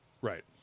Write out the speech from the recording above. right